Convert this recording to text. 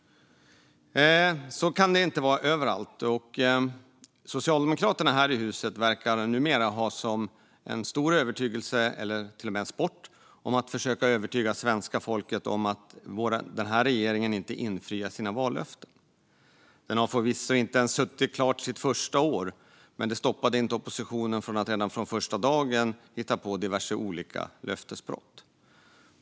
Så har det inte alltid varit. Socialdemokraterna här i huset verkar numera nästan ha som sport att försöka övertyga svenska folket om att regeringen inte infriar sina vallöften. Regeringen har inte ens suttit sitt första år, men det har inte stoppat oppositionen från att redan från första dagen hitta på diverse olika löftesbrott.